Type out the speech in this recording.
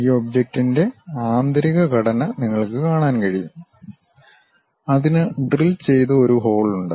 ഈ ഒബ്ജക്റ്റിന്റെ ആന്തരിക ഘടന നിങ്ങൾക്ക് കാണാൻ കഴിയും അതിന് ഡ്രിൽ ചെയ്ത ഒരു ഹോൾ ഉണ്ട്